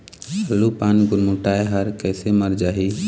आलू पान गुरमुटाए हर कइसे मर जाही?